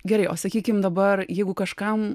gerai o sakykim dabar jeigu kažkam